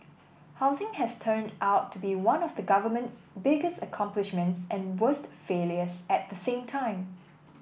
housing has turned out to be one of the government's biggest accomplishments and worst failures at the same time